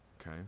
Okay